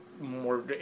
more